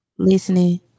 Listening